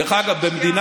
דרך אגב, במדינה